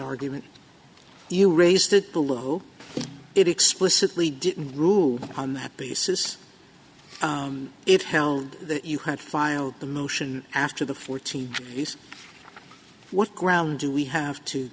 argument you raised it below it explicitly didn't rule on that basis it held that you had filed the motion after the fourteen days what grounds do we have to